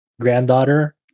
granddaughter